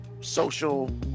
social